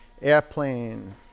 Airplane